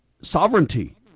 sovereignty